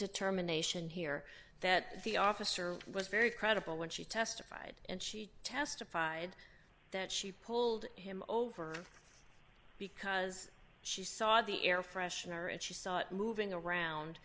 determination here that the officer was very credible when she testified and she testified that she pulled him over because she saw the air freshener and she saw it moving around